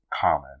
common